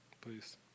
please